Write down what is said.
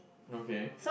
okay